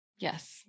Yes